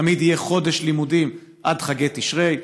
ותמיד יהיה חודש לימודים עד חגי תשרי,